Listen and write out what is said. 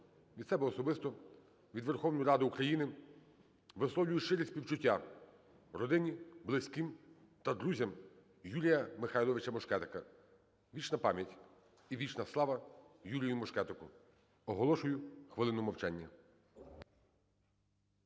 Від себе особисто, від Верховної Ради України висловлюю щирі співчуття родині, близьким та друзям Юрія Михайловича Мушкетика. Вічна пам'ять і вічна слава Юрію Мушкетику. Оголошую хвилину мовчання.